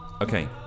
Okay